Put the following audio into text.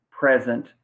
present